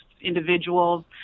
individuals